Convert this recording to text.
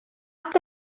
que